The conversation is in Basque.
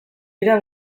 dira